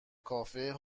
کافه